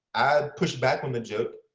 i pushed back on the joke.